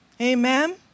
Amen